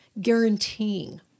guaranteeing